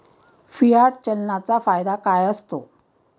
Fiat चलनाचा फायदा काय असतो?